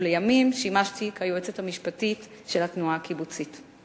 ולימים שימשתי היועצת המשפטית של התנועה הקיבוצית.